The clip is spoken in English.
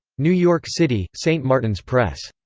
new york city st martin's press.